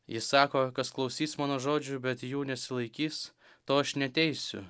jis sako kas klausys mano žodžių bet jų nesilaikys to aš neteisiu